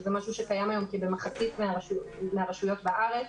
שזה דבר שקיים היום בערך במחצית מן הרשויות בארץ,